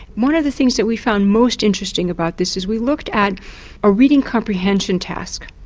one of the things that we found most interesting about this is we looked at a reading comprehension task.